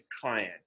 client